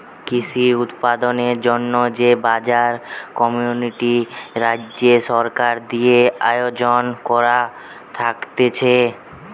কৃষি উৎপাদনের জন্যে যে বাজার কমিটি রাজ্য সরকার দিয়ে আয়জন কোরা থাকছে